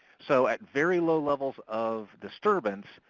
so at very low levels of disturbance,